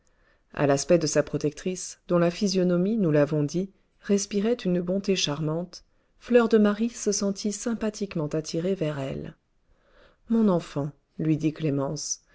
à l'aspect de sa protectrice dont la physionomie nous l'avons dit respirait une bonté charmante fleur de marie se sentit sympathiquement attirée vers elle mon enfant lui dit clémence